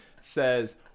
says